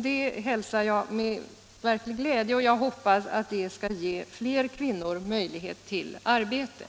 Det hälsar jag med verklig glädje, och jag hoppas att det skall ge fler kvinnor möjlighet till arbete.